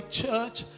church